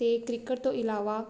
ਅਤੇ ਕ੍ਰਿਕਟ ਤੋਂ ਇਲਾਵਾ